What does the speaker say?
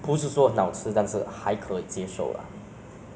食物会相当比较好吃一点